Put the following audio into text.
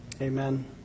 Amen